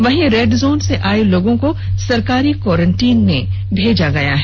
वहीं red zone से आए लोंगो को सरकारी क्वारंटाइन में भेजा गया है